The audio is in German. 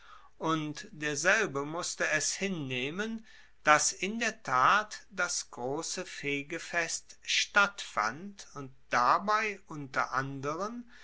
und derselbe musste es hinnehmen dass in der tat das grosse fegefest stattfand und dabei unter anderen